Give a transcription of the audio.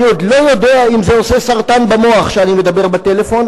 אני עוד לא יודע אם זה עושה סרטן במוח שאני מדבר בטלפון,